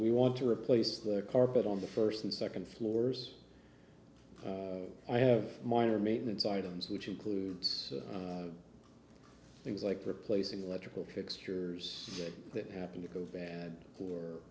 we want to replace the carpet on the first and second floors i have minor maintenance items which includes things like replacing electrical cords cures that happen to go bad